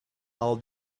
all